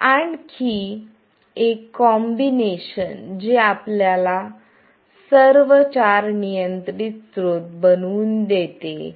आणि आणखी एक कॉम्बिनेशन जे आपल्याला सर्व चार नियंत्रित स्रोत बनवू देते